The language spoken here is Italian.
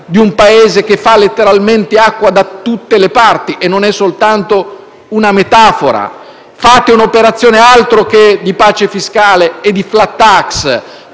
di un Paese che fa letteralmente acqua da tutte le parti (non è soltanto una metafora). Fate un'operazione diversa, altro che di pace fiscale e di *flat tax*;